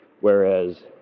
whereas